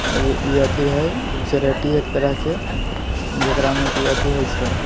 ई अथी हैय चैरिटी एक तरहके जकरामे कि अथी होइ छै